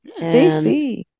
JC